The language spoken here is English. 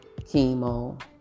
chemo